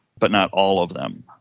but not all of them.